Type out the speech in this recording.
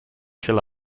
shall